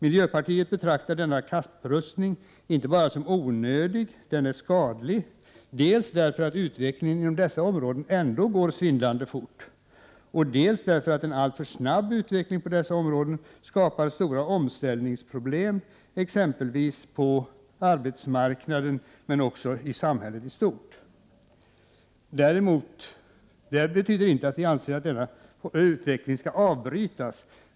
Miljöpartiet betraktar denna kapprustning inte bara som onödig utan också som skadlig, dels därför att utvecklingen inom dessa områden ändå går svindlande fort, dels därför att en alltför snabb utveckling på dessa områden skapar stora omställningsproblem, exempelvis på arbetsmarknaden men också i samhället i stort. Det betyder inte att vi anser att denna utveckling skall avbrytas.